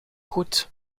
goed